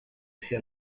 sia